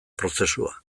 prozesua